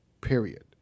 period